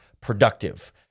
productive